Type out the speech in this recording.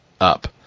up